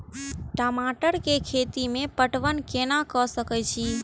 टमाटर कै खैती में पटवन कैना क सके छी?